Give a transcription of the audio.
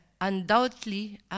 undoubtedly